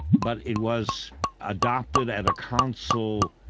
but it was adopted at a council